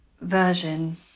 version